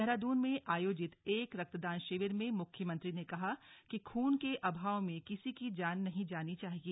देहरादून में आयोजित एक रक्तदान शिविर में मुख्यमंत्री ने कहा कि खून के अभाव में किसी की जान नहीं जानी चाहिए